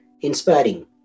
inspiring